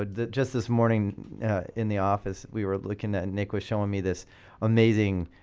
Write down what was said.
but just this morning in the office we were looking at. nick was showing me this amazing